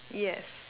yes